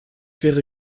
wäre